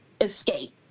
escape